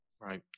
Right